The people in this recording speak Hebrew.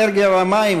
האנרגיה והמים,